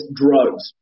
drugs